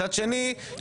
מצד שני,